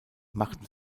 machten